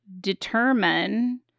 determine